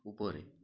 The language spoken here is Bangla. উপরে